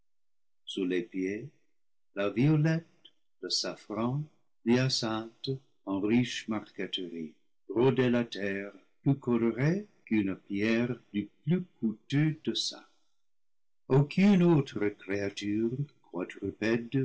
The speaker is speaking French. sous les pieds la violette le safran l'hyacinthe en riche marqueterie brodaient la terre plus colorée qu'une pierre du plus coûteux dessin aucune autre créature